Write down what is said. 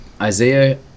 isaiah